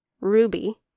Ruby